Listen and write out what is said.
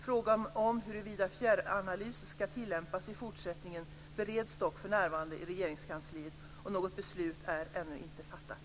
Frågan om huruvida fjärranalys ska tillämpas i fortsättningen bereds dock för närvarande i Regeringskansliet, och något beslut är ännu inte fattat.